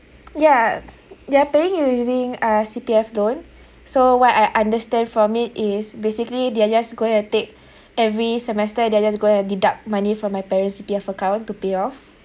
yeah they're paying using uh C_P_F loan so what I understand from it is basically they're just going to take every semester they're just going to deduct money from my parents' C_P_F account to pay off